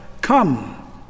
Come